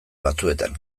batzuetan